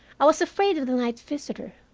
i was afraid of the night visitor,